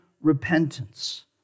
repentance